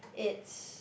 it's